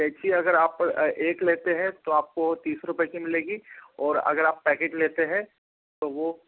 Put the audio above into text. कैंची अगर आप एक लेते हैं तो आपको तीस रुपये की मिलेगी और अगर आप पैकेट लेते हैं तो वो